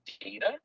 data